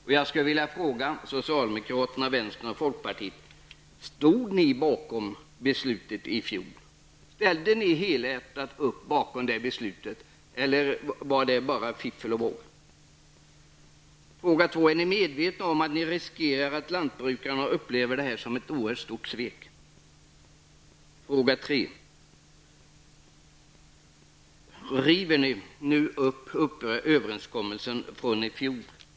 Min första fråga till socialdemokraterna, centern och folkpartiet är: Stod ni bakom beslutet i fjol? Ställde ni helhjärtat upp bakom det beslutet, eller var det bara fiffel och båg? Fråga två: Är ni medvetna om att ni riskerar att lantbrukarna upplever det här som ett oerhört stort svek? Fråga tre: River ni nu upp överenskommelsen från i fjol?